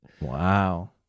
wow